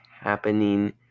happening